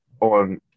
on